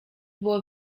było